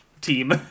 team